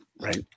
Right